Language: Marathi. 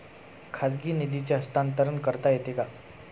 खाजगी निधीचे हस्तांतरण करता येते का?